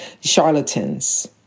charlatans